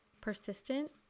Persistent